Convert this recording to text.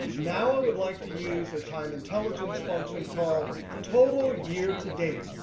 now i would like to use a time intelligence function called total year to date.